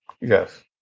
Yes